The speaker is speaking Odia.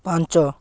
ପାଞ୍ଚ